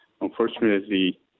unfortunately